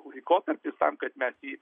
laikotarpis tam kad mes jį